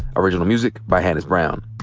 original music by hannis brown.